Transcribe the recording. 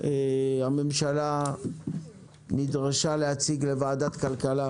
הממשלה נדרשה להציג לוועדת הכלכלה